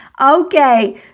okay